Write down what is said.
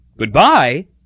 Goodbye